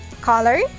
Color